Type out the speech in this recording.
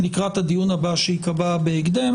מה שיקרה אחר כך